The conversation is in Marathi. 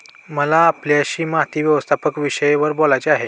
मला आपल्याशी माती व्यवस्थापन विषयावर बोलायचे आहे